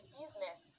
business